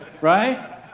Right